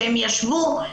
שהן ישבו,